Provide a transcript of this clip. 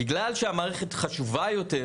בגלל שהמערכת חשבה יותר,